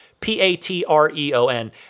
P-A-T-R-E-O-N